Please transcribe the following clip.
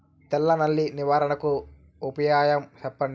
తెల్ల నల్లి నివారణకు ఉపాయం చెప్పండి?